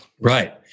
Right